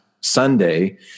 sunday